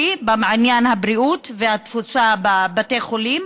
בעניין הבריאות והתפוסה בבתי החולים,